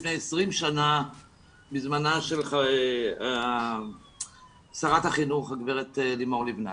לפני 20 שנה בזמנה של שרת החינוך הגב' לימור לבנת.